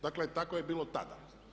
Dakle, tako je bilo tada.